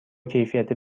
کیفیت